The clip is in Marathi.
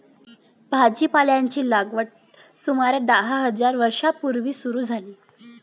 भाजीपाल्याची लागवड सुमारे दहा हजार वर्षां पूर्वी सुरू झाली